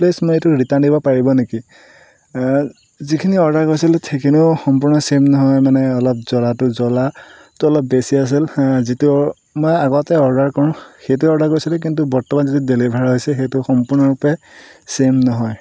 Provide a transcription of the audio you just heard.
please মোৰ এইটো return নিব পাৰিব নেকি যিখিনি অৰ্ডাৰ কৰিছিলোঁ সেইখিনিও সম্পূৰ্ণ চেম নহয় মানে অলপ জ্বলাটো জ্বলাটো অলপ বেছি আছিল যিটো মই আগতে অৰ্ডাৰ কৰোঁ সেইটোৱে অৰ্ডাৰ কৰিছিলোঁ কিন্তু বৰ্তমান যিটো ডেলিভাৰ হৈছে সেইটো সম্পূৰ্নৰূপে চেম নহয়